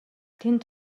тэнд